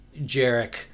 Jarek